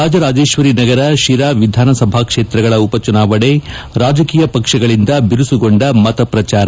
ರಾಜರಾಜೇಶ್ವರಿನಗರ ಶಿರಾ ವಿಧಾನಸಭಾ ಕ್ಷೇತ್ರಗಳ ಉಪಚುನಾವಣೆ ರಾಜಕೀಯ ಪಕ್ಷಗಳಂದ ಬಿರುಸುಗೊಂಡ ಮತಪ್ರಚಾರ